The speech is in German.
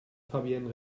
fabienne